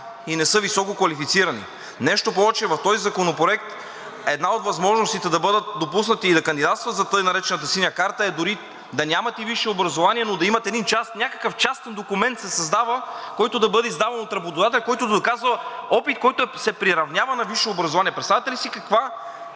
и не са висококвалифицирани. Нещо повече. В този законопроект една от възможностите да бъдат допуснати и да кандидатстват за така наречената Синя карта е дори да нямат висше образование, но да имат – някакъв частен документ се създава, който да бъде издаван от работодателя, който да доказва опит, който се приравнява на висше образование. Представяте ли си каква